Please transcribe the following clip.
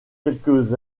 quelques